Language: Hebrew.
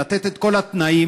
לתת את כל התנאים.